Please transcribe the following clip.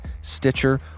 Stitcher